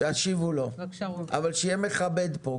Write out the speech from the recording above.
תשיבו לו, אבל שיהיה מכבד כאן.